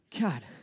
God